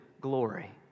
glory